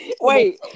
Wait